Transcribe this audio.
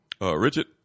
Richard